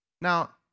Now